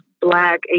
black